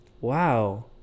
Wow